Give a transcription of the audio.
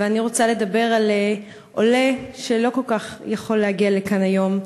ואני רוצה לדבר על עולה שלא כל כך יכול להגיע לכאן היום,